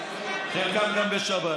חלקם גם בשבת.